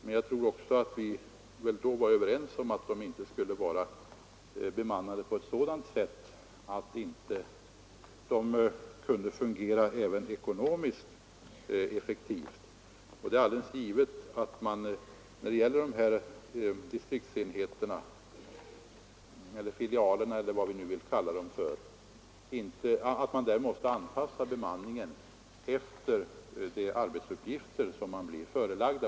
Men jag tror också att vi var överens om att de inte skulle vara bemannade på ett sådant sätt att de inte kunde fungera även ekonomiskt effektivt. Det är alldeles givet att statens järnvägar vid dessa distriktsenheter — eller filialer eller vad vi nu vill kalla dem för — måste anpassa bemanningen efter de arbetsuppgifter som de får sig ålagda.